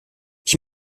ich